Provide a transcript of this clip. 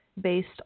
based